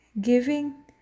Giving